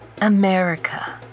America